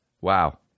wow